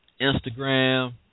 Instagram